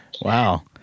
Wow